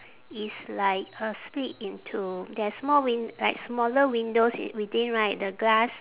is like uh split into there are small win~ like smaller windows i~ within right the glass